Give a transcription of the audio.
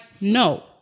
no